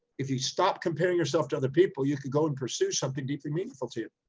if you stop comparing yourself to other people, you could go and pursue something deeply meaningful to you.